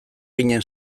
ginen